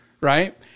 right